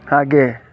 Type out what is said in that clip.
ಹಾಗೇ